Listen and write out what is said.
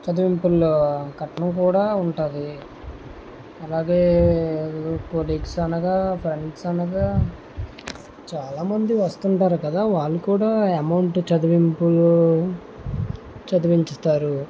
చదివింపుల్లో కట్నం కూడా ఉంటాది అలాగే కొలిగ్స్ అనగా ఫ్రెండ్స్ అనగా చాలామంది వస్తుంటారు కదా వాళ్ళు కూడా అమౌంట్ చదివింపులు చదివించుతారు